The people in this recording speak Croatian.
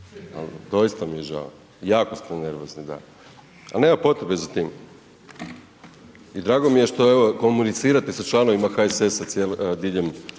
doista mi je žao, jako ste nervozni da, al nema potrebe za tim i drago mi je što evo komunicirate sa članovima HSS-a diljem